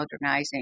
modernizing